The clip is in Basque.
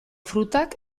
frutak